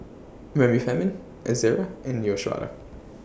Remifemin Ezerra and Neostrata